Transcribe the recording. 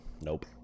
Nope